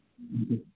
اچھا